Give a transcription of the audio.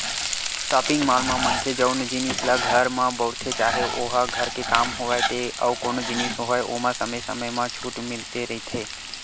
shopping mall म मनखे जउन जिनिस ल घर म बउरथे चाहे ओहा घर के काम होय ते अउ कोनो जिनिस होय ओमा समे समे म छूट मिलते रहिथे